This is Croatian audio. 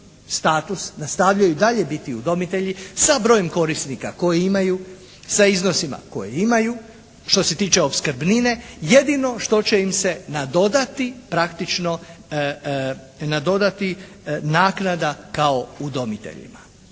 status, nastavljaju i dalje biti udomitelji sa brojem korisnika koji imaju, sa iznosima koje imaju, što se tiče opskrbnine. Jedino što će im se nadodati praktično, nadodati naknada kao udomiteljima.